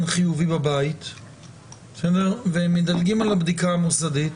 חיובי בבית והם מדלגים על הבדיקה המוסדית.